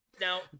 Now